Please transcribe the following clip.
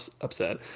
upset